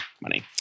money